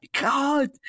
God